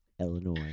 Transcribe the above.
Illinois